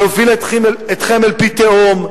מוביל אתכם אל פי תהום.